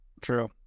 True